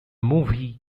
movie